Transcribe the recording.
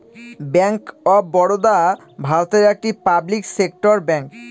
bank of Baroda ভারতের একটি public sector bank